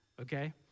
Okay